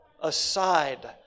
aside